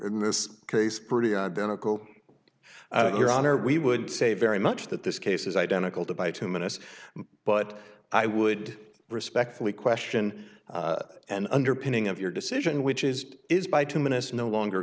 in this case pretty identical your honor we would say very much that this case is identical to by two minutes but i would respectfully question and underpinning of your decision which is is by two minutes no longer